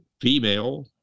female